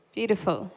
Beautiful